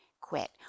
quit